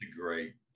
Great